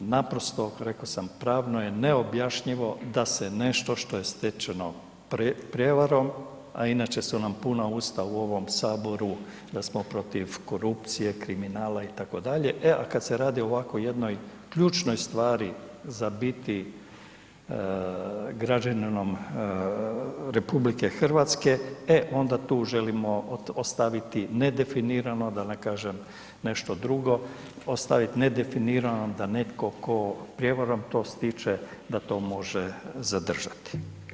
Naprosto, reko sam pravno je neobjašnjivo da se nešto što je stečeno prijevarom, a inače su nam puna usta u ovom saboru da smo protiv korupcije, kriminala itd., e a kad se radi o ovako jednoj ključnoj stvari za biti građaninom RH, e onda tu želimo ostaviti nedefinirano da ne kažem nešto drugo, ostavit nedefinirano da netko tko prijevarom to stče da to može zadržati.